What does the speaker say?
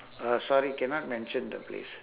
uh sorry cannot mention the place